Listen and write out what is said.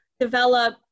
develop